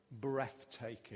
Breathtaking